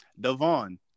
Devon